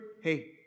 hey